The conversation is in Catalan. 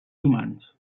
humans